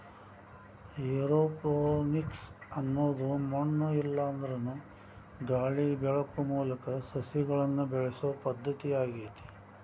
aeroponics ಅನ್ನೋದು ಮಣ್ಣು ಇಲ್ಲಾಂದ್ರನು ಗಾಳಿ ಬೆಳಕು ಮೂಲಕ ಸಸಿಗಳನ್ನ ಬೆಳಿಸೋ ಪದ್ಧತಿ ಆಗೇತಿ